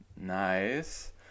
Nice